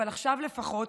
אבל עכשיו לפחות